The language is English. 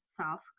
Self